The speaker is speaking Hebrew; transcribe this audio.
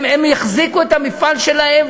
הם החזיקו את המפעל שלהם,